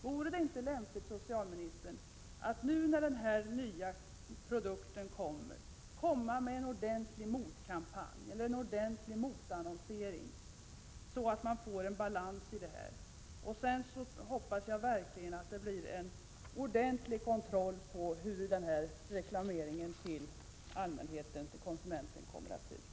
Vore det inte lämpligt, socialministern, att i samband med att den här nya produkten lanseras starta en ordentlig motkampanj — kanske annonsering mot reklamen — så att vi får en balans i detta sammanhang? Sedan hoppas jag verkligen att det blir en ordentlig kontroll när det gäller utformningen av den reklam som riktas till allmänheten, till kunden.